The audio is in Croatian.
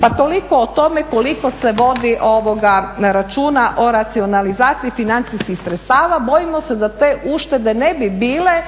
pa toliko o tome koliko se vodi računa o racionalizaciji financijskih sredstava. Bojimo se da te uštede ne bi bile